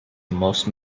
most